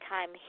Time